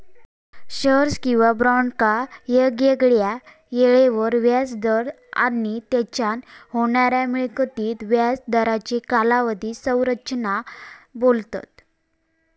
shares किंवा बॉन्डका वेगवेगळ्या येळेवर व्याज दर आणि तेच्यान होणाऱ्या मिळकतीक व्याज दरांची कालावधी संरचना बोलतत